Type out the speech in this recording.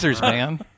man